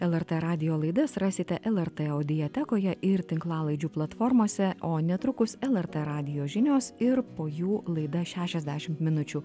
lrt radijo laidas rasite lrt audiatekoje ir tinklalaidžių platformose o netrukus lrt radijo žinios ir po jų laida šešiasdešimt minučių